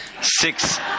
Six